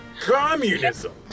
communism